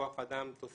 כוח אדם תוספתי,